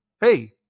hey